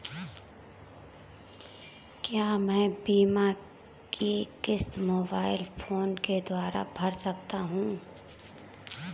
क्या मैं बीमा की किश्त मोबाइल फोन के द्वारा भर सकता हूं?